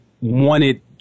wanted